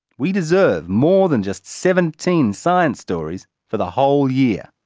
we deserve more than just seventeen science stories for the whole year.